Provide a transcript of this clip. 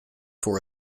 for